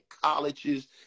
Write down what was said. colleges